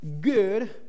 good